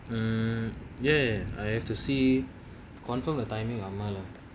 mmhmm ya I have to see confirm the timing